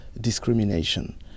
discrimination